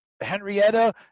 Henrietta